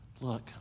Look